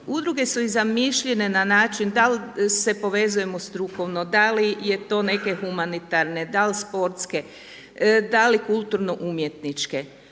Udruge su i zamišljene na način da li se povezujemo strukovno, da li je to neke humanitarne, da li sportske, da li kulturno umjetničke,